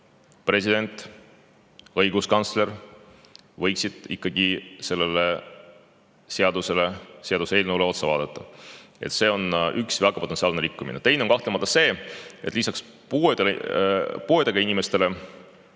president ja õiguskantsler võiksid ikkagi sellele seadusele, seaduseelnõule otsa vaadata. See on üks potentsiaalne rikkumine. Teine on kahtlemata see, et lisaks puuetega inimestele